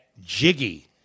Jiggy